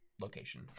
location